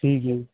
ਠੀਕ ਹੈ